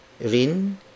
rin